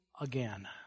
again